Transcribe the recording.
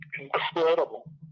incredible